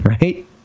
Right